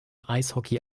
eishockey